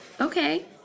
Okay